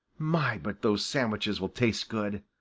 my, but those sandwiches will taste good,